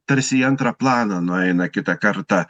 tarsi į antrą planą nueina kitą kartą